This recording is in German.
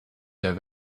der